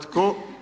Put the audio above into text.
Tko?